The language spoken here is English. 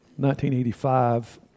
1985